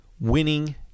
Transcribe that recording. Winning